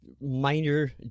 minor